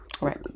Right